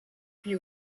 puis